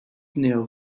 kneel